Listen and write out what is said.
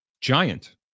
Giant